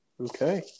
Okay